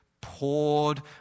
poured